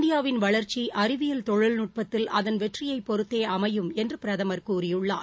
இந்தியாவின் வளர்ச்சி அறிவியல் தொழில்நுட்பத்தில் அதன் வெற்றியை பொறுத்தே அமையும் என்று பிரதமர் கூறியுள்ளார்